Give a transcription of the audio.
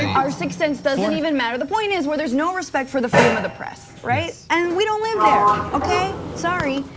our sixth sense doesn't even matter. the point is where there is no respect for the freedom of the press, right? and we don't live there, okay? sorry,